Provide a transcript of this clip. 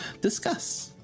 discuss